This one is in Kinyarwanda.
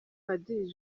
padiri